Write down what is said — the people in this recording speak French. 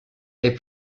est